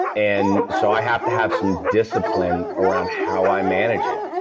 and so, i have to have some discipline around how i manage it.